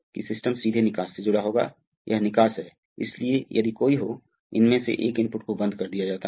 अतः AA - a होने जा रहा है KK - 1 हाँ अतः यह K V होने जा रहा है